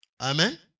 Amen